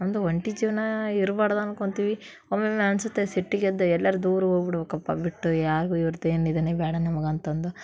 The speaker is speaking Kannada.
ನಮ್ಮದು ಒಂಟಿ ಜೀವನ ಇರ್ಬಾರ್ದು ಅಂದ್ಕೊಳ್ತೀವಿ ಒಮ್ಮೊಮ್ಮೆ ಅನ್ಸುತ್ತೆ ಸಿಟ್ಟಿಗೆದ್ದು ಎಲ್ಲರು ದೂರ ಹೋಗಿಬಿಡ್ಬೇಕಪ್ಪ ಬಿಟ್ಟು ಯಾರಿಗೂ ಇವ್ರ್ದೇನು ಇದೇನೆ ಬೇಡ ನಮ್ಗೆ ಅಂತಂದು